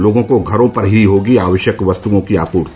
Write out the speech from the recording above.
लोगों को घरों पर ही होगी आवश्यक वस्तुओं की आपूर्ति